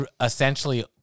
essentially